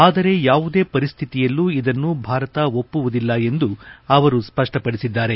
ಆದರೆ ಯಾವುದೇ ಪರಿಸ್ಥಿತಿಯಲ್ಲೂ ಇದನ್ನು ಭಾರತ ಒಪ್ಪುವುದಿಲ್ಲ ಎಂದು ಅವರು ಸ್ಪಷ್ಪಡಿಸಿದ್ದಾರೆ